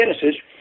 Genesis